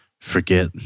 forget